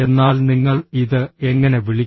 എന്നാൽ നിങ്ങൾ ഇത് എങ്ങനെ വിളിക്കും